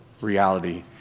reality